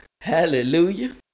Hallelujah